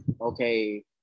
Okay